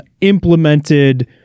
implemented